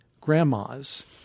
grandmas